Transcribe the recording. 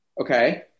okay